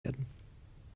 werden